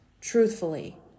truthfully